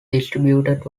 distributed